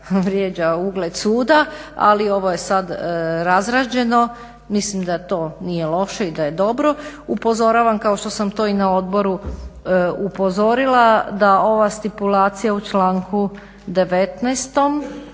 vrijeđa ugled suda ali ovo je sad razrađeno. Mislim da to nije loše i da je dobro. Upozoravam, kao što sam to i na odboru upozorila, da ova stipulacija u članku 19.,